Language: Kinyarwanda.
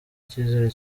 icyizere